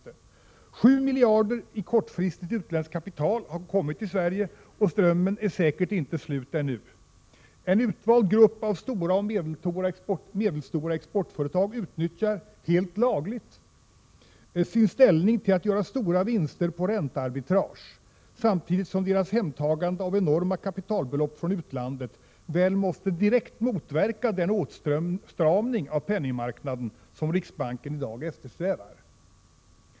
Under denna tid har 7 miljarder kronor i kortfristigt utländskt kapital kommit till Sverige, och strömmen är säkert inte slut ännu. En utvald grupp av stora och medelstora exportföretag utnyttjar — helt lagligt — sin ställning till att göra stora vinster på räntearbitrage, samtidigt som deras hemtagande av enorma kapitalbelopp från utlandet väl måste direkt motverka den åtstramning av penningmarknaden som riksbanken i dag eftersträvar.